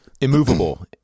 immovable